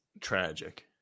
tragic